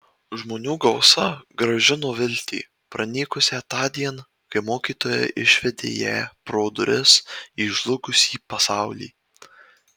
žmonių gausa grąžino viltį pranykusią tądien kai mokytoja išvedė ją pro duris į žlugusį pasaulį